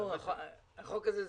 החוק הזה,